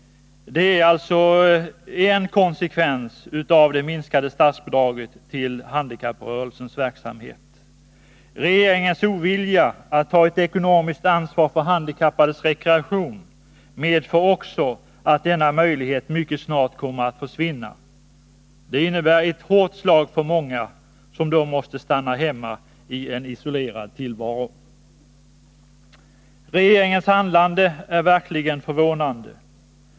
Det är alltså en konsekvens av det minskade statsbidraget till handikapprörelsens verksamhet. Regeringens ovilja att ta ett ekonomiskt ansvar för handikappades rekreation medför också att denna möjlighet mycket snart kommer att försvinna. Det är ett hårt slag för många handikappade, som då får stanna hemma i en isolerad tillvaro. Regeringens handlande är verkligen förvånande.